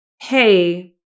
hey